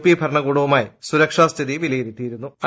P ഭരണകൂടവുമായി സുരക്ഷ സ്ഥിതി വിലയിരുത്തിയിരുന്നു്